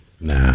Nah